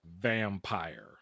vampire